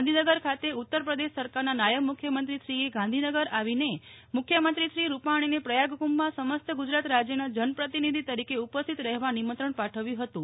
ગાંધીનગર ખાતે ઉત્તર પ્રદેશ સરકારના નાયબ મુખ્યમંત્રીક્ર્રીએ ગાંધીનગર આવીને મુખ્યમંત્રી શ્રી રૂપાણીને પ્રયાગકુંભમાં સમસ્ત ગુજરાત રાજ્યના જનપ્રતિનિધિ તરીકે ઉપસ્થિત રહેવા નિમંત્રણ પાઠવ્યું હતું